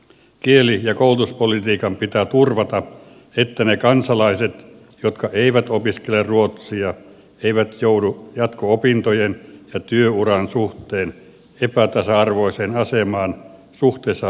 kieli ja koulutuspolitiikan pitää turvata että ne kansalaiset jotka eivät opiskele ruotsia eivät joudu jatko opintojen ja työuran suhteen epätasa arvoiseen asemaan suhteessa ruotsia opiskeleviin